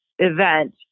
event